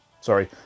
Sorry